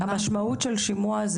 המשמעות של שימוע,